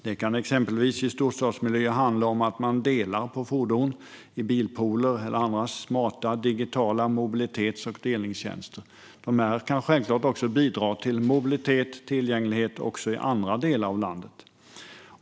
Det kan exempelvis i storstadsmiljöer handla om att man delar på fordon i bilpooler eller andra smarta, digitala mobilitets och delningstjänster. De kan självklart bidra till mobilitet och tillgänglighet också i andra delar av landet.